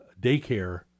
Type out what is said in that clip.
daycare